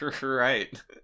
Right